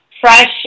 fresh